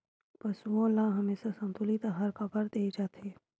पशुओं ल हमेशा संतुलित आहार काबर दे जाथे?